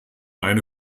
eine